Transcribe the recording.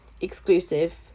exclusive